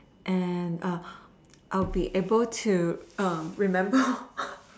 and err I'll be able to err remember